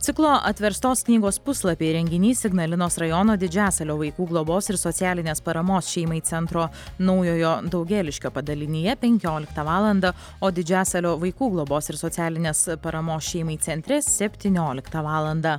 ciklo atverstos knygos puslapiai renginys ignalinos rajono didžiasalio vaikų globos ir socialinės paramos šeimai centro naujojo daugėliškio padalinyje penkioliktą valandą o didžiasalio vaikų globos ir socialinės paramos šeimai centre septynioliktą valandą